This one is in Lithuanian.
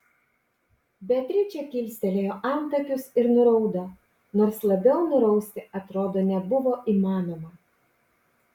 beatričė kilstelėjo antakius ir nuraudo nors labiau nurausti atrodo nebuvo įmanoma